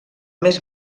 més